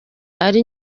ari